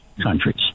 countries